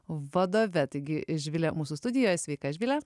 vadove taigi živilė mūsų studijoje sveika živile